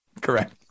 Correct